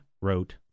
wrote